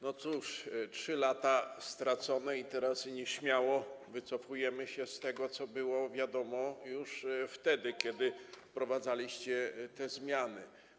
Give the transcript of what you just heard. No cóż, 3 lata stracone i teraz nieśmiało wycofujemy się z tego, co było wiadomo już wtedy, kiedy wprowadzaliście te zmiany.